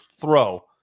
throw